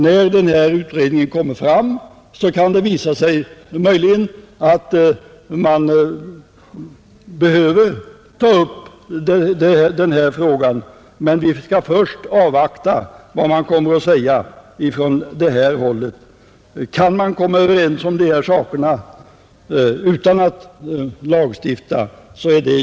När den här utredningen kommer fram, kan det möjligen visa sig att man behöver ta upp denna fråga, men vi skall först avvakta vad man kommer att säga från det hållet. Det är självfallet också bra om man kan komma överens om de här sakerna utan att lagstifta.